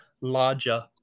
larger